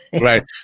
right